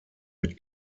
mit